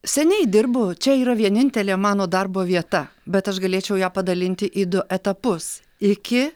seniai dirbu čia yra vienintelė mano darbo vieta bet aš galėčiau ją padalinti į du etapus iki